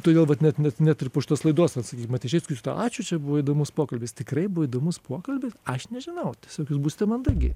todėl vat net net net ir po šitos laidos vat sakykim vat išeisiu sakysiu ačiū čia buvo įdomus pokalbis tikrai buvo įdomus pokalbis aš nežinau tiesiog jūs būsite mandagi